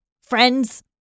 Friends